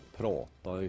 prata